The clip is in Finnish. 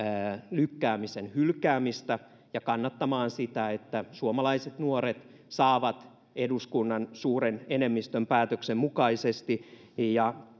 lykkäämisen hylkäämistä ja kannattamaan sitä että suomalaiset nuoret saavat eduskunnan suuren enemmistön päätöksen mukaisesti ja